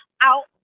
out